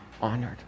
honored